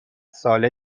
ساله